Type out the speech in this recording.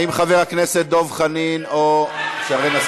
האם חבר הכנסת דב חנין או שרן,